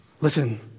listen